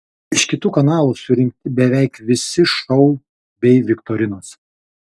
iš kitų kanalų surinkti beveik visi šou bei viktorinos